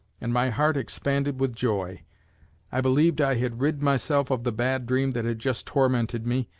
and my heart expanded with joy i believed i had rid myself of the bad dream that had just tormented me,